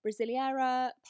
Brasileira